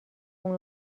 خون